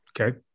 Okay